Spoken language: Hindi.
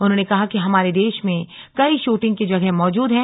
उन्होंने कहा कि हमारे देश में कई शूटिंग की जगहें मौजूद हैं